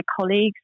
colleagues